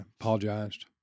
apologized